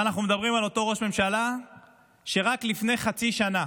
ואנחנו מדברים על אותו ראש ממשלה שרק לפני חצי שנה